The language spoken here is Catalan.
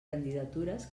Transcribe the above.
candidatures